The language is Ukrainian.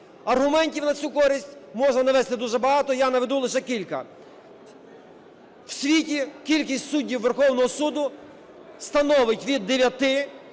Аргументів на цю користь можна навести дуже багато, я наведу лише кілька. В світі кількість суддів Верховного Суду становить від 9